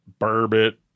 burbot